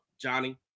Johnny